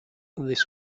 this